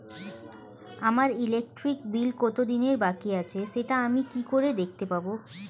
আমার electric bill কত দিনের বাকি আছে সেটা আমি কি করে দেখতে পাবো?